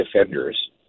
offenders